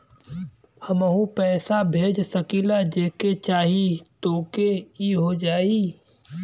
हमहू पैसा भेज सकीला जेके चाही तोके ई हो जाई?